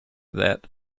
that